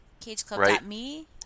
CageClub.me